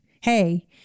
hey